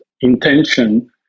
intention